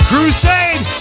Crusade